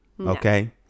Okay